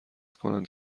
کنند